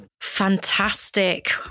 fantastic